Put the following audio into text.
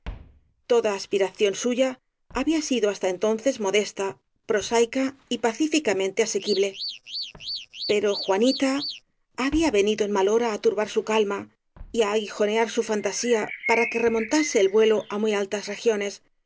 aspira ción suya había sido hasta entonces modesta pro saica y pacíficamente asequible pero juanita había venido en mal hora á turbar su calma y á aguijo near su fantasía para que remontase el vuelo á muy altas regiones